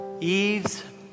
Eve's